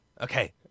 Okay